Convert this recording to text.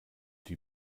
die